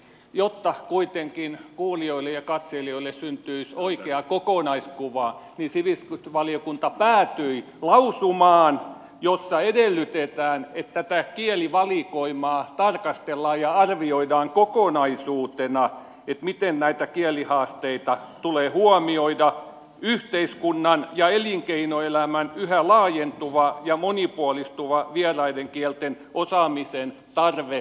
jotta kuitenkin kuulijoille ja katselijoille syntyisi oikea kokonaiskuva niin sivistysvaliokunta päätyi lausumaan jossa edellytetään että tätä kielivalikoimaa tarkastellaan ja arvioidaan kokonaisuutena että miten näitä kielihaasteita tulee huomioida yhteiskunnan ja elinkeinoelämän yhä laajentuva ja monipuolistuva vieraiden kielten osaamisen tarve huomioiden